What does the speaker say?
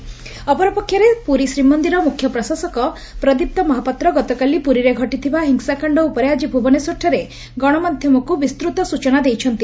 ଶୀମନିର ଧାଡି ଦର୍ଶନ ଅପରପକ୍ଷରେ ପୁରୀ ଶ୍ରୀମନ୍ଦିର ମୁଖ୍ୟ ପ୍ରଶାସକ ପ୍ରଦୀପ୍ତ ମହାପାତ୍ର ଗତକାଲି ପୁରୀରେ ଘଟିଥିବା ହିଂସାକାଣ୍ଡ ଉପରେ ଆକି ଭୁବନେଶ୍ୱରଠାରେ ଗଶମାଧ୍ଧମକୁ ବିସ୍ତୁତ ସୂଚନା ଦେଇଛନ୍ତି